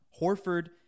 Horford